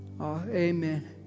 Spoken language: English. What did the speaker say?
Amen